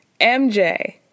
MJ